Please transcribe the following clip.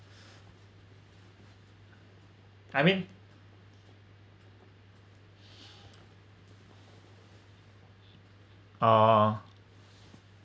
I mean orh